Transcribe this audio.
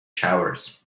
showers